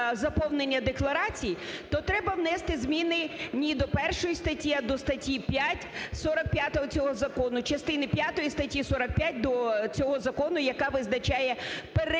заповнення декларацій, то треба внести зміни не до 1 статті, а до статті 5… 45-го цього закону, частини п’ятої статті 45 до цього закону, яка визначає перелік